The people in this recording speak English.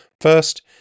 First